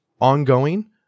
ongoing